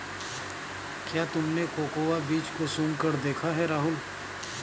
क्या तुमने कोकोआ बीज को सुंघकर देखा है राहुल?